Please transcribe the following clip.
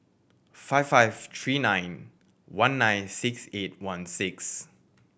five five three nine one nine six eight one six